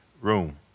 room